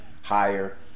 higher